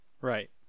Right